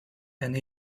and